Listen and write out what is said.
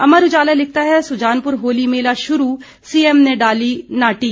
अमर उजाल लिखता है सुजानपुर होली मेला शुरू सीएम ने डली नाटी